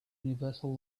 universal